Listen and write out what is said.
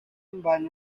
mbana